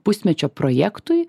pusmečio projektui